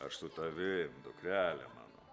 aš su tavim dukrele mano